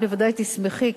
את בוודאי תשמחי,